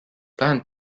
planned